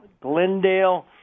Glendale